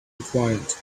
required